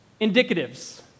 indicatives